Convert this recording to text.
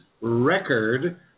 record